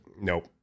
Nope